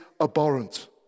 abhorrent